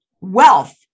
wealth